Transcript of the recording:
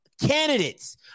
candidates